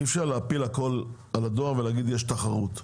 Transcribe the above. אי אפשר להפיל הכול על הדואר ולהגיד יש תחרות.